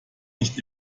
nicht